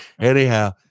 Anyhow